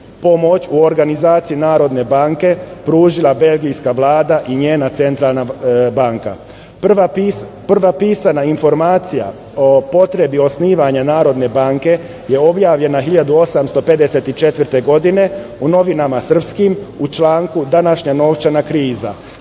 pomoć u organizaciji Narodne banke pružila belgijska Vlada i njena Centralna banka. Prva pisana informacija o po potrebi osnivanja Narodne banke je objavljena 1854. godine u novinama srpskim u članku „Današnja novčana